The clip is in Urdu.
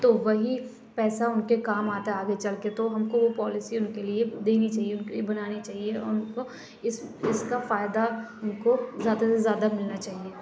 تو وہی پیسہ اُن کے کام آتا آگے چل کے تو ہم کو وہ پالیسی اُن کے لیے دینی چاہیے اُن کے لیے بنانی چاہیے اُن کو اِس اِس کا فائدہ اُن کو زیادہ سے زیادہ ملنا چاہیے